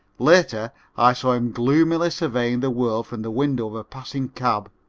later i saw him gloomily surveying the world from the window of a passing cab.